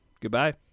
Goodbye